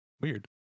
Weird